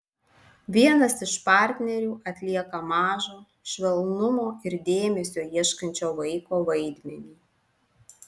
vienas iš partnerių atlieka mažo švelnumo ir dėmesio ieškančio vaiko vaidmenį